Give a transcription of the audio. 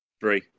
Three